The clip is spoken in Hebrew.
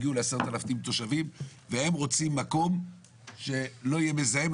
הגיעו ל-10,000 תושבים והם רוצים מקום שלא יהיה מזהם,